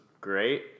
great